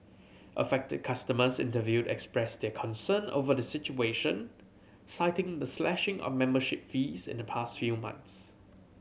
affected customers interviewed expressed their concern over the situation citing the slashing of membership fees in the past few months